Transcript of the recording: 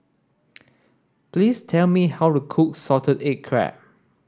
please tell me how to cook salted egg crab